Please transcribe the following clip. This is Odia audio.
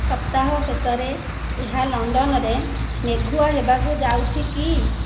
ସପ୍ତାହ ଶେଷରେ ଏହା ଲଣ୍ଡନରେ ମେଘୁଆ ହେବାକୁ ଯାଉଛି କି